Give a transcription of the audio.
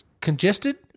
congested